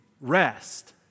rest